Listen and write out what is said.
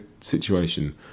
situation